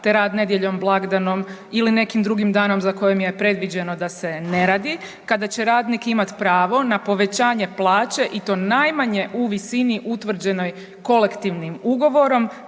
te rad nedjeljom, blagdanom ili nekim drugim danom za kojim je predviđeno da se ne radi kada će radnik imat pravo na povećanje plaće i to najmanje u visini utvrđenoj kolektivnim ugovorom